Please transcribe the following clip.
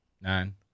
Nine